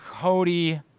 Cody